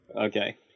Okay